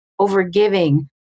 overgiving